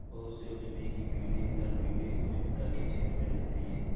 बहुत से उद्यमी की पीढ़ी दर पीढ़ी उद्यमिता के क्षेत्र में रहती है